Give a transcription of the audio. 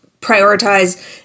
prioritize